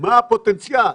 מה הפוטנציאל.